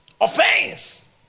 Offense